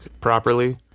properly